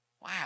Wow